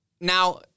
Now